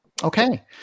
Okay